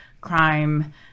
crime